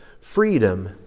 freedom